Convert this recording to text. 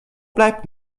bleibt